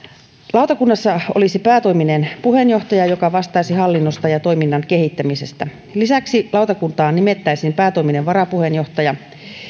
lautakunnassa olisi päätoiminen puheenjohtaja joka vastaisi hallinnosta ja toiminnan kehittämisestä lisäksi lautakuntaan nimettäisiin päätoiminen varapuheenjohtaja